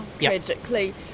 tragically